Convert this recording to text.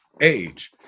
age